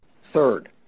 Third